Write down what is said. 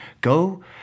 Go